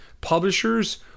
Publishers